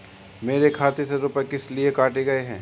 मेरे खाते से रुपय किस लिए काटे गए हैं?